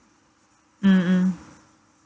mm mm